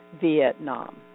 Vietnam